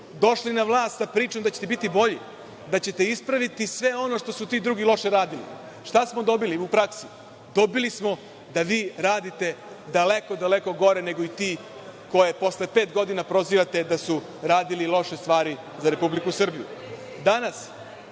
došli na vlast sa pričom da ćete biti bolji, da ćete ispraviti sve ono što su ti drugi loše radili. Šta smo dobili u praksi? Dobili smo da vi radite daleko gore nego i ti koje posle pet godina prozivate da su radili loše stvari za Republiku Srbiju. Danas